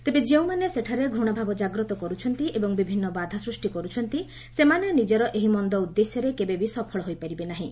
ତେବେ ଯେଉଁମାନେ ସେଠାରେ ଘୂଣାଭାବ ଜାଗ୍ରତ କର୍ତ୍ଛନ୍ତି ଏବଂ ବିଭିନ୍ନ ବାଧା ସୃଷ୍ଟି କରୁଛନ୍ତି ସେମାନେ ନିଜର ଏହି ମନ୍ଦ ଉଦ୍ଦେଶ୍ୟରେ କେବେବି ସଫଳ ହୋଇପାରିବେ ନାହିଁ